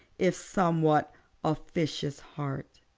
if somewhat officious, heart.